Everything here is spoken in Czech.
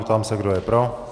Ptám se, kdo je pro?